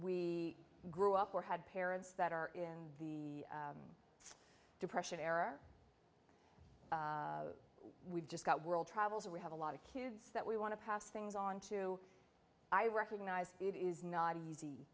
we grew up or had parents that are in the depression era or we've just got world travels or we have a lot of kids that we want to pass things on to i recognize it is not easy